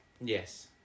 yes